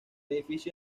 edificio